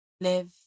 Live